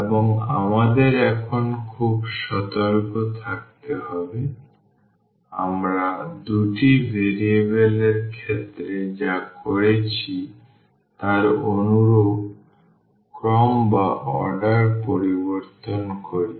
এবং আমাদের এখন খুব সতর্ক থাকতে হবে আমরা দুটি ভেরিয়েবল এর ক্ষেত্রে যা করেছি তার অনুরূপ ক্রম পরিবর্তন করি